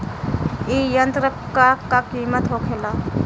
ए यंत्र का कीमत का होखेला?